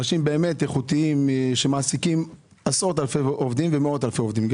אנשים איכותיים שמעסיקים עשרות אלפי ומאות אלפי עובדים,